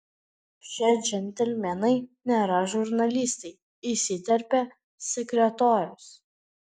šie džentelmenai nėra žurnalistai įsiterpė sekretorius